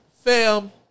Fam